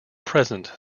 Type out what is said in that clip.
present